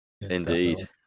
Indeed